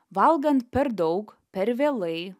valgant per daug per vėlai